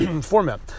format